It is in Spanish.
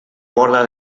borda